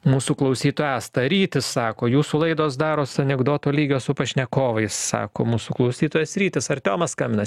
mūsų klausytoja asta rytis sako jūsų laidos daros anekdoto lygio su pašnekovais sako mūsų klausytojas rytis artiomas skambina